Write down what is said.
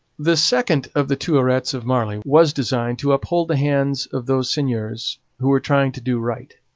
the second of the two arrets of marly was designed to uphold the hands of those seigneurs who were trying to do right.